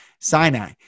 Sinai